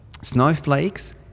snowflakes